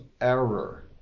Error